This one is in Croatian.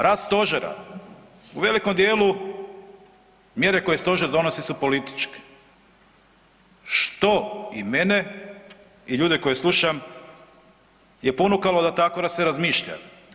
Rad stožera u velikom dijelu mjere koje stožer donosi su političke, što i mene i ljude koje slušam je ponukalo da se tako razmišlja.